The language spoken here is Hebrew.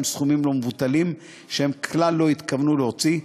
סכומים לא מבוטלים שהם כלל לא התכוונו להוציא,